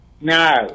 No